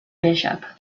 bishop